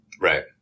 right